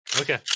okay